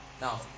Now